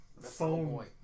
phone